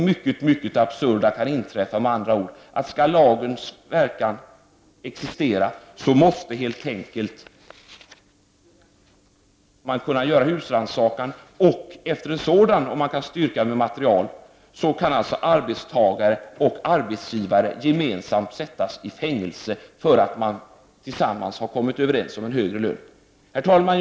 Skall lagen ha någon verkan måste man helt enkelt kunna göra husrannsakan, och efter en sådan kan alltså det mycket absurda inträffa att arbetstagare och arbetsgivare gemensamt sätts i fängelse för att man tillsammans kommit överens om en högre lön, om detta kan styrkas med material. Herr talman!